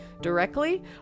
directly